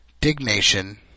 Dignation